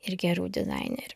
ir gerų dizainerių